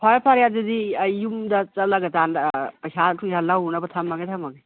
ꯐꯔꯦ ꯐꯔꯦ ꯑꯗꯨꯗꯤ ꯌꯨꯝꯗ ꯆꯠꯂꯒ ꯄꯩꯁꯥ ꯊꯨꯏꯁꯥ ꯂꯧꯔꯨꯅꯕ ꯊꯝꯃꯒꯦ ꯊꯝꯃꯒꯦ